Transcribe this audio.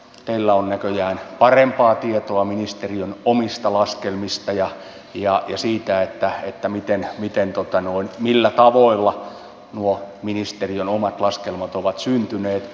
teillä on näköjään parempaa tietoa ministeriön omista laskelmista ja esittää että että miten niiden tuotannon siitä millä tavoilla nuo ministeriön omat laskelmat ovat syntyneet